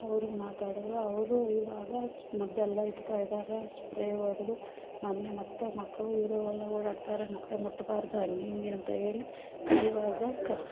ಅವರು ಮಾತಾಡಿದ್ರು ಅವರು ಇವಾಗ ಸ್ ಮದ್ದೆಲ್ಲ ಇಡ್ತಾಯಿದಾರೆ ಸ್ಪ್ರೇ ಹೊಡ್ದು ಮೊನ್ನೆ ಮತ್ತು ಮಕ್ಳಿರೋವಲ್ಲಿ ಓಡಾಡ್ತಾರೆ ಮತ್ತು ಮುಟ್ಟಬಾರ್ದು ಹಂಗೆ ಹಿಂಗೆ ಅಂತ ಹೇಳಿ ಇವಾಗ